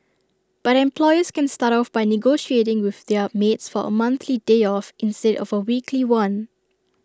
but employers can start off by negotiating with their maids for A monthly day off instead of A weekly one